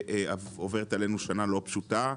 וגם עוברת עלינו שנה לא פשוטה.